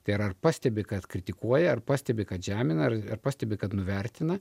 tai ar pastebi kad kritikuoja ar pastebi kad žemina ar pastebi kad nuvertina